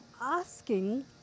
asking